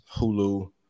Hulu